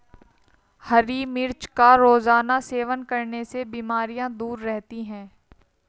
हरी मिर्च का रोज़ाना सेवन करने से बीमारियाँ दूर रहती है